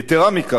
יתירה מזו,